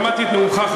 שמעתי את נאומך,